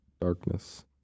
darkness